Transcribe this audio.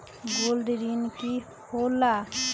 Gold ऋण की होला?